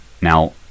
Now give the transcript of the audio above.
Now